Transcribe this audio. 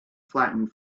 flattened